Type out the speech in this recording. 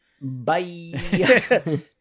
Bye